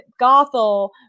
Gothel